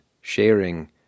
sharing